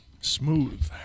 smooth